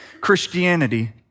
Christianity